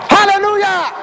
Hallelujah